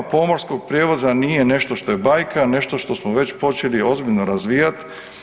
Tema pomorskog prijevoza nije nešto što je bajka, nešto što smo već počeli ozbiljno razvijat.